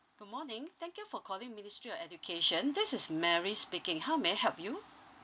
good morning thank you for calling ministry of education this is mary speaking how may I help you